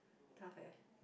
tough eh